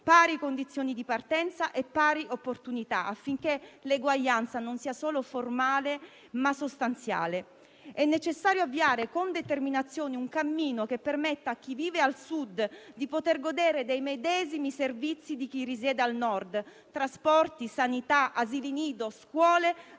pari condizioni di partenza e pari opportunità affinché l'eguaglianza sia non solo formale, ma anche sostanziale. È necessario avviare con determinazione un cammino che permetta a chi vive al Sud di poter godere dei medesimi servizi di chi risiede al Nord (trasporti, sanità, asili nido, scuole